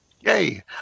Yay